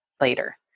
later